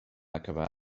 acabar